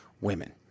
women